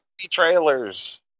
trailers